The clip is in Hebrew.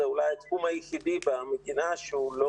זה אולי התחום היחידי במדינה שהוא לא